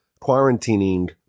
quarantining